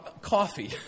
coffee